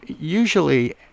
usually